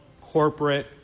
corporate